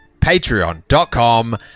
patreon.com